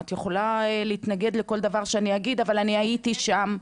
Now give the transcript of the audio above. את יכולה להתנגד לכל דבר שאני אגיד אבל אני הייתי שם,